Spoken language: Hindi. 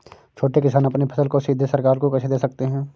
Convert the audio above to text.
छोटे किसान अपनी फसल को सीधे सरकार को कैसे दे सकते हैं?